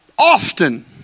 often